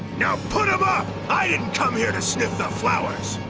now, put em up! i didn't come here to sniff the flowers!